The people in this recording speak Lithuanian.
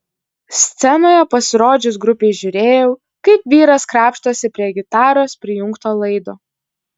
scenoje pasirodžius grupei žiūrėjau kaip vyras krapštosi prie gitaros prijungto laido